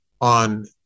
on